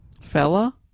fella